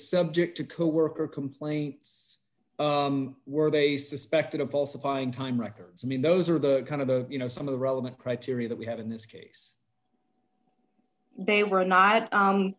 subject to coworker complaints were they suspected of poll supplying time records i mean those are the kind of the you know some of the relevant criteria that we have in this case